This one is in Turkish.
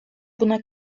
buna